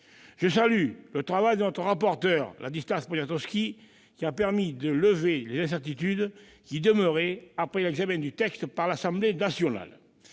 Je salue le travail de notre rapporteur, Ladislas Poniatowski, qui a permis de lever les incertitudes qui subsistaient après l'examen du texte par l'Assemblée nationale.